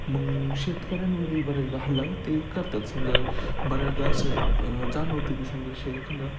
मग शेतकऱ्यांवरही बऱ्याचदा हल्ला ते करतात समजा बऱ्याचदा असं जाणवतं की समजा श एखादा